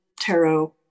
tarot